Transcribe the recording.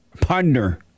ponder